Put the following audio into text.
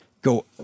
Go